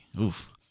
Oof